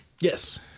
Yes